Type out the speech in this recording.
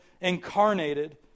incarnated